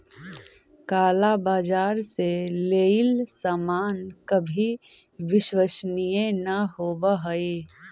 काला बाजार से लेइल सामान कभी विश्वसनीय न होवअ हई